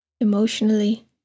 Emotionally